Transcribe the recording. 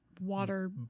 water